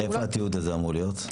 איפה התיעוד הזה אמור להיות?